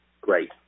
great